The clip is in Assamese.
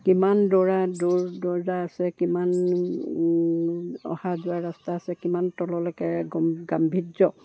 কিমান দৌৰা দৌৰ দৰ্জা আছে কিমান অহা যোৱা ৰাস্তা আছে কিমান তললৈকে গম গাম্ভীৰ্য